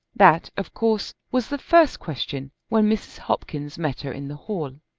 that of course was the first question when mrs. hopkins met her in the hall.